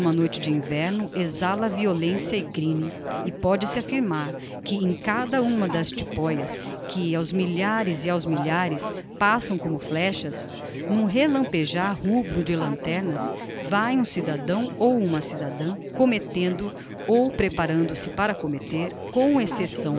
noite de inverno exhala violencia e crime e póde-se affirmar que em cada uma das tipoias que aos milhares e aos milhares passam como flechas n'um relampejar rubro de lanternas vae um cidadão ou uma cidadã commettendo ou preparando-se para commetter com excepção